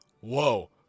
whoa